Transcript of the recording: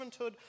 servanthood